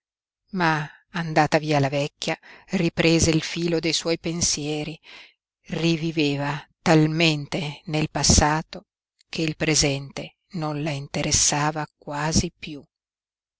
ma andata via la vecchia riprese il filo dei suoi pensieri riviveva talmente nel passato che il presente non la interessava quasi piú